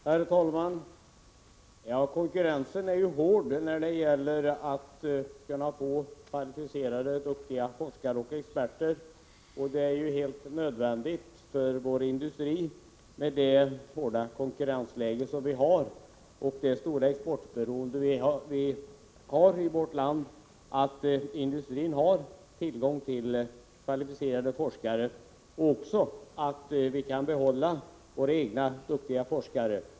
Herr talman! Konkurrensen är hård när det gäller kvalificerade och duktiga forskare och experter. Det är helt nödvändigt för vår industri, med det hårda konkurrensläge och det stora exportberoende vi har i vårt land, att industrin har tillgång till kvalificerade forskare och också att vi kan behålla våra egna duktiga forskare.